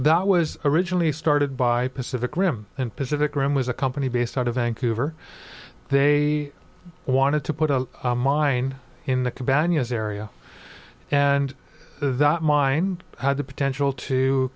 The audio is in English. that was originally started by pacific rim and pacific rim was a company based out of vancouver they wanted to put a mine in the cabanas area and that mine had the potential to